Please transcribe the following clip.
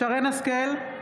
שרן מרים השכל,